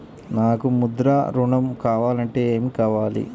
నాకు ముద్ర ఋణం కావాలంటే ఏమి కావాలి?